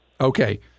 Okay